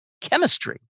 chemistry